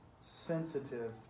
sensitive